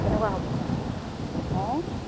কেনেকুৱা হ'ব বাৰু অঁ